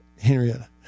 Henrietta